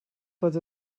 pot